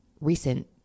recent